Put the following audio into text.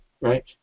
right